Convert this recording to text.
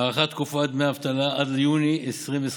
הארכת תקופת דמי האבטלה עד ליוני 2021;